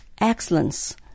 excellence